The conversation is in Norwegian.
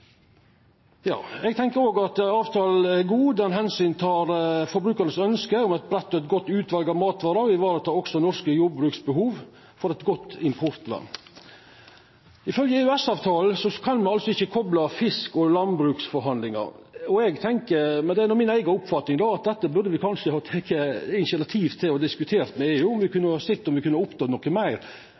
Eg synest òg at avtalen er god. Han tek omsyn til ønska frå forbrukarane om eit breitt og godt utval av matvarer, og varetek også behovet til det norske jordbruket for eit godt importvern. Ifølgje EØS-avtalen kan me ikkje kopla fisk og landbruksforhandlingar. Mi oppfatning er at dette burde me teke initiativ til å diskutere med EU og sett om me kunne